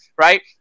right